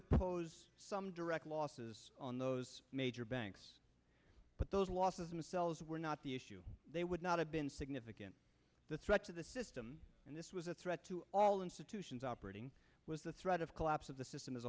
have posed some direct losses on those major banks but those losses themselves were not the issue they would not have been significant the threat to the system and this was a threat to all institutions operating with the threat of collapse of the system as